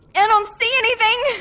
and um see anything